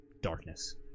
darkness